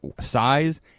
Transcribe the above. size